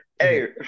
Hey